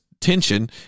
tension